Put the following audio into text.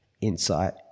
insight